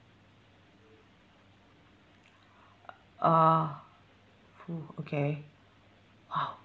ah !fuh! okay !wow!